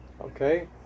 Okay